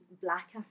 black